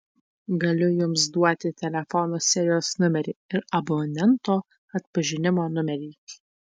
galiu jums duoti telefono serijos numerį ir abonento atpažinimo numerį